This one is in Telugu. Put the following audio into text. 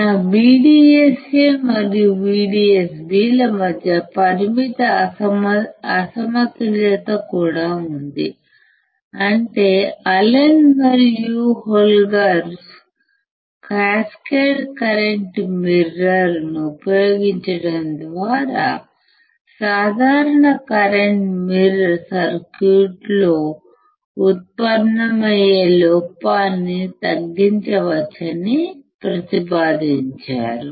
నా VDSA మరియు VDSB ల మధ్య పరిమిత అసమతుల్యత కూడా ఉంది అంటే అలెన్ మరియు హోల్బర్గ్ క్యాస్కేడ్ కరెంట్ మిర్రర్ను ఉపయోగించడం ద్వారా సాధారణ కరెంట్ మిర్రర్ సర్క్యూట్లలో ఉత్పన్నమయ్యే లోపాన్ని తగ్గించవచ్చని ప్రతిపాదించారు